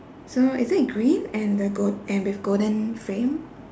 so is it green and the gold and with golden frame